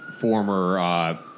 former